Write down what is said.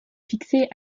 fixée